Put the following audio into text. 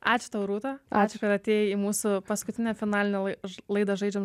ačiū tau rūta ačiū kad atėjai į mūsų paskutinę finalinę lai laidą žai žaidžiam